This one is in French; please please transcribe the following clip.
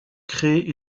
créer